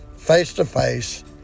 face-to-face